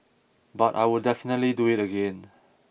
but I would definitely do it again